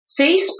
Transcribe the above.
Facebook